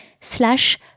slash